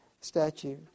statue